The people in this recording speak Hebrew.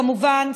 כמובן,